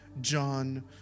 John